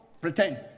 Pretend